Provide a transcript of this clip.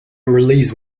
release